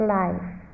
life